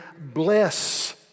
bless